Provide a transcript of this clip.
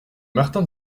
martin